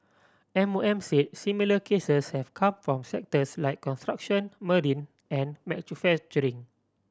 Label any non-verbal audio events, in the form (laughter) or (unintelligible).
M O M said similar cases have come from sectors like construction marine and (unintelligible)